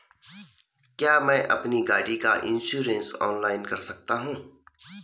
क्या मैं अपनी गाड़ी का इन्श्योरेंस ऑनलाइन कर सकता हूँ?